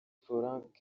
florent